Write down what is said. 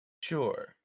Sure